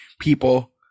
people